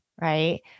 right